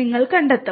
നിങ്ങൾ കണ്ടെത്തും